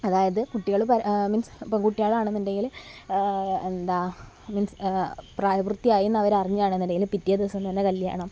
അതായത് കുട്ടികൾ മീൻസ് പെൺകുട്ടികളാണെന്നുണ്ടെങ്കിൽ എന്താ മീൻസ് പ്രായപൂർത്തിയായിയെന്നു അവരറിഞ്ഞാണെന്നുണ്ടെങ്കിൽ പിറ്റേ ദിവസം തന്നെ കല്യാണം